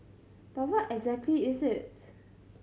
but what exactly is its